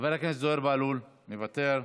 חבר הכנסת זוהיר בהלול, מוותר.